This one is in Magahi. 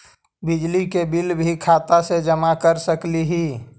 बिजली के बिल भी खाता से जमा कर सकली ही?